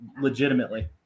legitimately